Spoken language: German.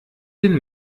den